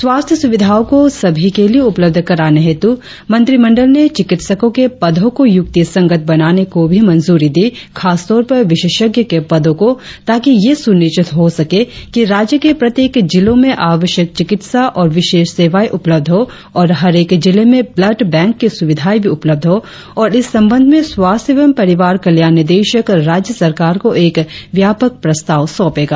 स्वास्थ्य सुविधाओं को सभी के लिए उपलब्ध कराने हेतु मंत्रिमंडल ने चिकित्सकों के पदों को युक्तिसंगत बनाने को भी मंजूरी दी खासतौर पर विशेषज्ञ के पदों को ताकि यह सुनिश्चित हो सके कि राज्य के प्रत्येक जिलों में आवश्यक चिकित्सा और विशेष सेवाए उपलब्ध हो और हरेक जिले में ब्लड बैंक की सुविधाए भी उपलब्ध हो और इस संबंध में स्वास्थ्य एवं परिवार कल्याण निदेशक राज्य सरकार को एक व्यापक प्रस्ताव सौपेगा